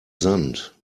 sand